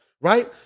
right